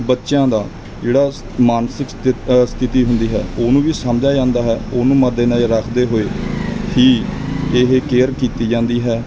ਬੱਚਿਆਂ ਦਾ ਜਿਹੜਾ ਮਾਨਸਿਕ ਸਥਿਤੀ ਸਥਿਤੀ ਹੁੰਦੀ ਹੈ ਉਹਨੂੰ ਵੀ ਸਮਝਿਆ ਜਾਂਦਾ ਹੈ ਉਹਨੂੰ ਮੱਦੇ ਨਜ਼ਰ ਰੱਖਦੇ ਹੋਏ ਹੀ ਇਹ ਕੇਅਰ ਕੀਤੀ ਜਾਂਦੀ ਹੈ